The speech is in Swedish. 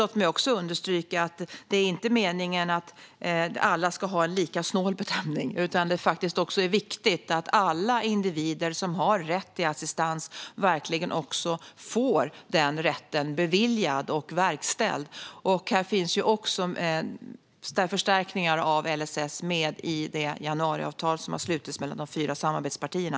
Låt mig också understryka att det inte är meningen att alla ska få en lika snål bedömning, utan det är viktigt att alla individer som har rätt till assistans verkligen också får den rätten beviljad och verkställd. Förstärkningar av LSS finns med i det januariavtal som har slutits mellan de fyra samarbetspartierna.